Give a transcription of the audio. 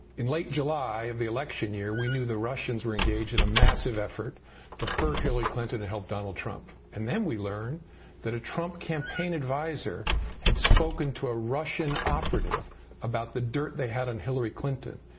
late july of the election year, we knew the russians were engaged in a massive effort to hurt hillary clinton and help donald trump. and then we learn that a trump campaign adviser had spoken to a russian operative about the dirt they had on hillary clinton.